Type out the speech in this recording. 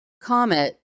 comet